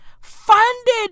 funded